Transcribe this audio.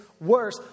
worse